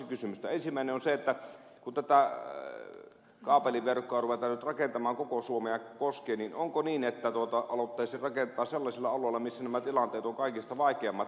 ensimmäinen on se että kun tätä kaapeliverkkoa ruvetaan nyt rakentamaan koko suomea koskien onko niin että alettaisiin rakentaa sellaisille alueille missä nämä tilanteet ovat kaikista vaikeimmat